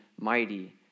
mighty